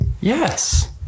Yes